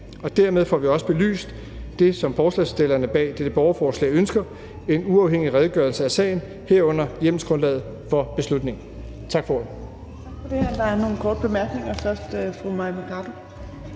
af. Dermed får vi også det, som forslagsstillerne bag dette borgerforslag ønsker, nemlig en uafhængig redegørelse for sagen, herunder hjemmelsgrundlaget for beslutningen. Tak for ordet.